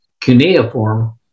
cuneiform